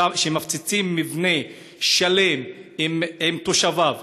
כשמפציצים מבנה שלם עם תושביו,